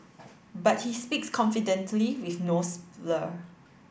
but he speaks confidently with no slur